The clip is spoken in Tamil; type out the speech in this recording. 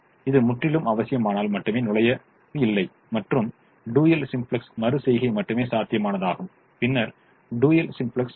இது முற்றிலும் அவசியமானால் மட்டுமே நுழைவு இல்லை மற்றும் டூயல் சிம்ப்ளக்ஸ் மறு செய்கை மட்டுமே சாத்தியமாகும் பின்னர் டூயல் சிம்ப்ளக்ஸ் செய்யுங்கள்